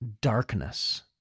darkness